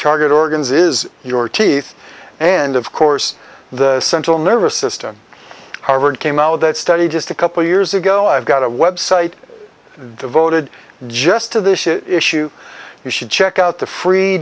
target organs is your teeth and of course the central nervous system harvard came out with that study just a couple years ago i've got a website devoted just to this issue you should check out the free